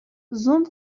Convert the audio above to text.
زوم